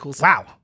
wow